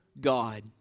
God